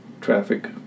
traffic